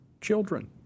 children